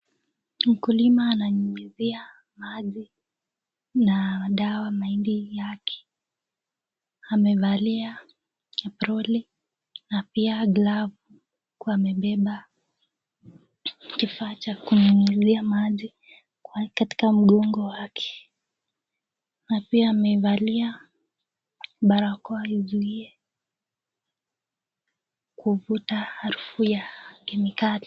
Mkulima ananyunyizia maji na dawa mahindi yake. Amevalia aproni na pia glavu huku amebeba kifaa cha kunyunyizia maji katika mgongo wake. Na pia amevalia barakoa izuie kuvuta harufu ya kemikali.